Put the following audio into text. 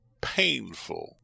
painful